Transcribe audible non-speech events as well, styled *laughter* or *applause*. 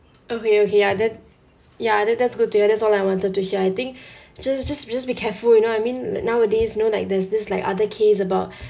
okay okay ya that ya I think that's good to have that's all I wanted to hear I think *breath* just just just be careful you know what I mean nowadays you know like there's this like other case about *breath*